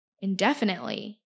indefinitely